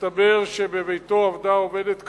שהסתבר שבביתו עבדה עובדת כזאת.